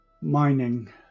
mining